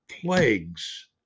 plagues